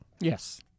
Yes